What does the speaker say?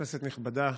כנסת נכבדה,